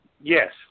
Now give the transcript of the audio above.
yes